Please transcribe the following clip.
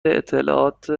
اطلاعات